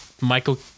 Michael